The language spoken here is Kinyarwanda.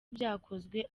byakozwe